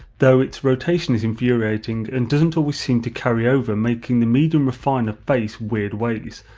though it's rotation is infuriating and doesn't always seem to carry over making the medium refiner face weird ways,